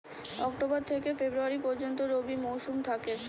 October থেকে February পর্যন্ত রবি মৌসুম থাকে